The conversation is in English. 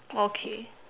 okay